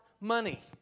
money